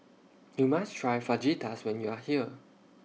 YOU must Try Fajitas when YOU Are here